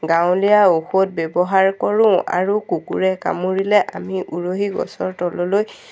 গাঁৱলীয়া ঔষধ ব্যৱহাৰ কৰোঁ আৰু কুকুৰে কামুৰিলে আমি উৰহি গছৰ তললৈ